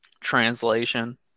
translation